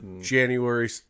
January